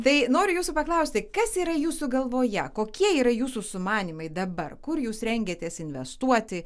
tai noriu jūsų paklausti kas yra jūsų galvoje kokie yra jūsų sumanymai dabar kur jūs rengiatės investuoti